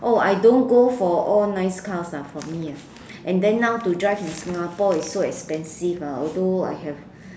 oh I don't go for all nice cars ah for me ah and then now to drive in Singapore is so expensive ah although I have